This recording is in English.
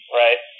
right